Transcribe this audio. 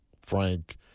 Frank